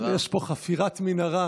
פה קידום מכירות לספר,